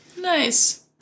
Nice